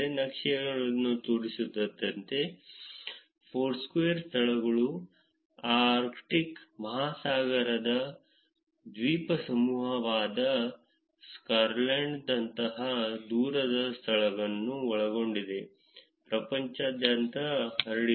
ನಕ್ಷೆಗಳು ತೋರಿಸಿದಂತೆ ಫೋರ್ಸ್ಕ್ವೇರ್ ಸ್ಥಳಗಳು ಆರ್ಕ್ಟಿಕ್ ಮಹಾಸಾಗರದ ದ್ವೀಪಸಮೂಹವಾದ ಸ್ವಾಲ್ಬಾರ್ಡ್ನಂತಹ ದೂರದ ಸ್ಥಳಗಳನ್ನು ಒಳಗೊಂಡಂತೆ ಪ್ರಪಂಚದಾದ್ಯಂತ ಹರಡಿವೆ